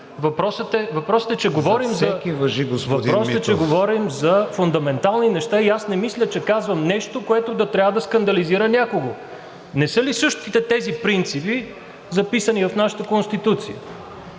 Въпросът е, че говорим за фундаментални неща и аз не мисля, че казвам нещо, което да трябва да скандализира някого. Не са ли същите тези принципи, записани в нашата Конституция?